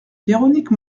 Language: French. véronique